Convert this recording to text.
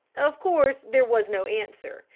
of course there was no answer,